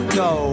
go